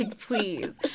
please